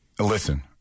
Listen